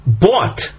bought